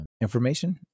information